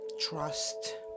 trust